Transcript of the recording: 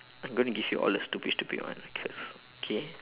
I am going to give you all the stupid stupid one cause K